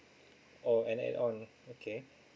ah an add-on okay